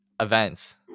events